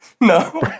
No